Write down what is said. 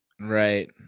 Right